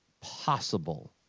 possible